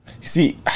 see